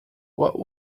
what